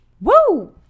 Woo